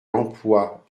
l’emploi